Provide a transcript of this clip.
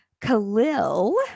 Khalil